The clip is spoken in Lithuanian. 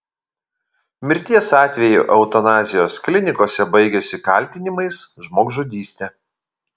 mirties atvejai eutanazijos klinikose baigiasi kaltinimais žmogžudyste